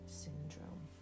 syndrome